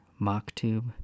MockTube